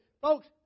folks